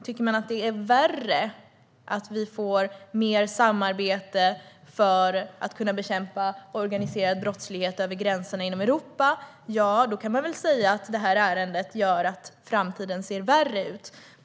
Tycker man att det är värre att vi får mer samarbete för att kunna bekämpa organiserad brottslighet över gränserna inom Europa, då kan man säga att genomförandet av EU:s försvarardirektiv gör att framtiden ser värre ut.